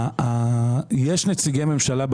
בקרן יש נציגי ממשלה,